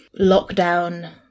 lockdown